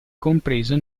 compreso